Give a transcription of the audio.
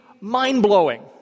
mind-blowing